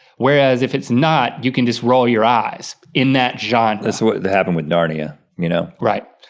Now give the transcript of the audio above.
whereas if it's not you can just roll your eyes, in that genre. that's what happened with narnia, you know? right.